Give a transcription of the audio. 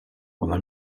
ona